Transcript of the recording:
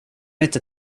inte